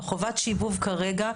בחובת השיבוב כרגע,